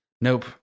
Nope